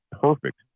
perfect